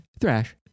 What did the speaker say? thrash